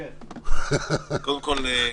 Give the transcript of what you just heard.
קודם כול,